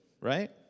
right